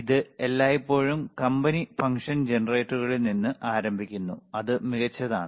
ഇത് എല്ലായ്പ്പോഴും company function ജനറേറ്ററുകളിൽ നിന്ന് ആരംഭിക്കുന്നു അത് മികച്ചതാണ്